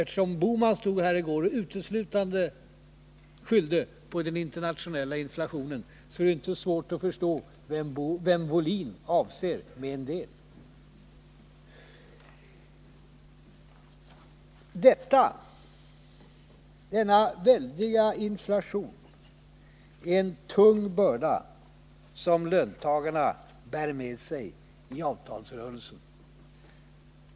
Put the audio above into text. Eftersom Gösta Bohman stod här i går och uteslutande skyllde på den internationella inflationen, är det inte svårt att förstå vem Lars Wohlin avser. Denna väldiga inflation är en tung börda som löntagarna bär med sig i avtalsrörelsen.